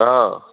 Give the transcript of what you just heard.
অঁ